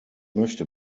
möchte